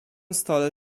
stole